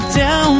down